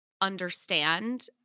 understand